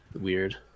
Weird